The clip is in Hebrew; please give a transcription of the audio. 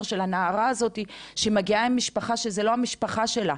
של הנערה הזאת שמגיעה עם משפחה שהיא לא המשפחה שלה.